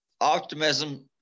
optimism